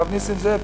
הרב נסים זאב,